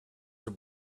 will